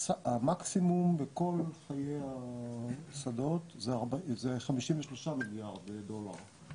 המקסימום בכל חיי השדות זה 53 מיליארד דולר.